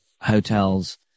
hotels